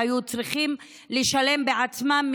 הם היו צריכים לשלם בעצמם,